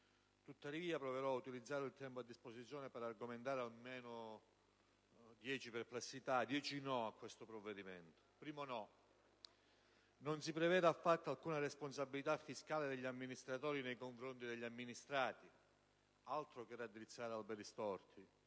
Tuttavia, proverò ad utilizzare il tempo a disposizione per argomentare almeno dieci no a questo provvedimento. Primo "no": non si prevede affatto alcuna responsabilità fiscale degli amministratori nei confronti degli amministrati. Altro che raddrizzare alberi storti.